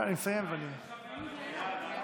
אני קובע כי ההצעה